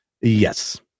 Yes